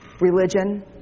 Religion